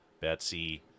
Betsy